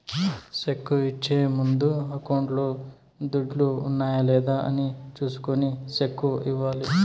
cheque ఇచ్చే ముందు అకౌంట్లో దుడ్లు ఉన్నాయా లేదా అని చూసుకొని సెక్కు ఇవ్వాలి